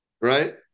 Right